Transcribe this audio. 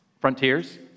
Frontiers